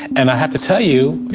and i have to tell you,